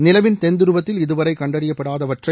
நிலவின் தென்துருவத்தில் இதுவரை கண்டறியப்படாதவற்றை